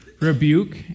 rebuke